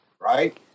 right